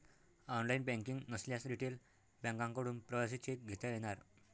online banking नसल्यास retail बँकांकडून प्रवासी चेक घेता येणार